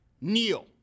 kneel